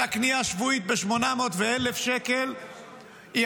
הקנייה השבועית ב-800 ו-1,000 שקל היא